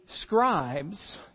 scribes